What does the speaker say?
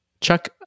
Chuck